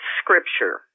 scripture